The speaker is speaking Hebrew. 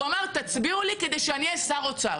הוא אמר: תצביעו לי כדי שאני אהיה שר האוצר.